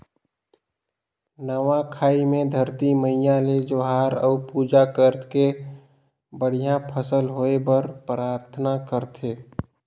नवा खाई मे धरती मईयां ल जोहार थे अउ पूजा करके बड़िहा फसल होए बर पराथना करथे